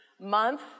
month